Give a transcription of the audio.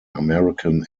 american